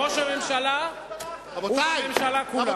בראש הממשלה ובממשלה כולה.